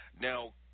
Now